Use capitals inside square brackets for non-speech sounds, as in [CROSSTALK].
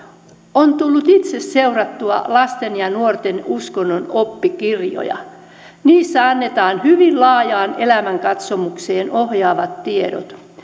on tullut itse seurattua lasten ja nuorten uskonnon oppikirjoja niissä annetaan hyvin laajaan elämänkatsomukseen ohjaavat tiedot [UNINTELLIGIBLE]